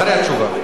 אחרי התשובה.